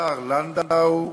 השר לנדאו,